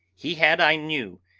he had, i knew,